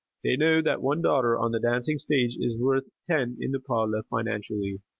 they know that one daughter on the dancing stage is worth ten in the parlor financially.